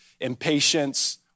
impatience